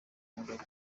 mugabo